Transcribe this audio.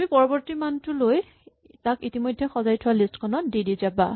তুমি পৰৱৰ্তী মানটো লৈ তাক ইতিমধ্যে সজাই থোৱা লিষ্ট খনত দি দি যাবা